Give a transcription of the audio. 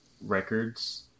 records